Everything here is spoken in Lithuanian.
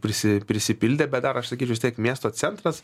prisi prisipildė bet dar aš sakyčiau vistiek miesto centras